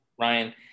Ryan